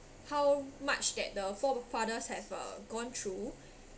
how much that the forefathers have uh gone through